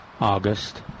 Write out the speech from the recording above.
August